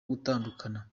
gutandukana